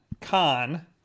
Khan